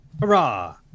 hurrah